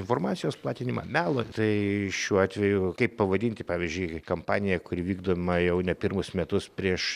informacijos platinimą melą tai šiuo atveju kaip pavadinti pavyzdžiui kampaniją kuri vykdoma jau ne pirmus metus prieš